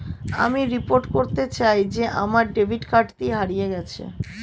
আমি রিপোর্ট করতে চাই যে আমার ডেবিট কার্ডটি হারিয়ে গেছে